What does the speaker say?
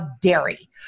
dairy